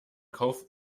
kauf